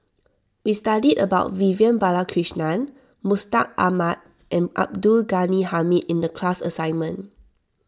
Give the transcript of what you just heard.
we studied about Vivian Balakrishnan Mustaq Ahmad and Abdul Ghani Hamid in the class assignment